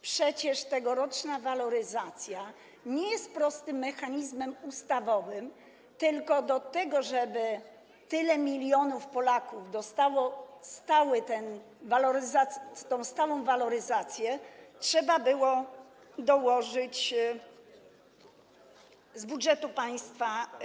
Przecież tegoroczna waloryzacja nie jest prostym mechanizmem ustawowym, tylko do tego, żeby tyle milionów Polaków dostało tę stałą waloryzację, trzeba było dołożyć środki z budżetu państwa.